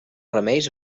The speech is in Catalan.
remeis